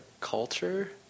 culture